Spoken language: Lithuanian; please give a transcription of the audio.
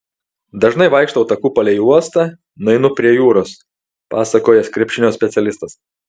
dažnai vaikštau taku palei uostą nueinu prie jūros pasakoja krepšinio specialistas